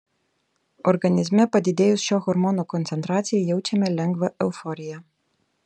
organizme padidėjus šio hormono koncentracijai jaučiame lengvą euforiją